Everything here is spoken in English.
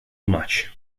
much